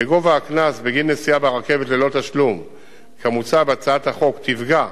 מגובה הקנס בגין נסיעה ברכבת ללא תשלום כמוצע בהצעת החוק תפגע